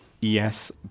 Yes